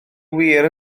wir